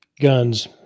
guns